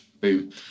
boom